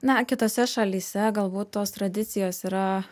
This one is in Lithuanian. na kitose šalyse galbūt tos tradicijos yra